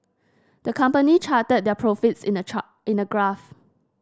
the company charted their profits in a in a graph